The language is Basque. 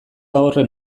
horren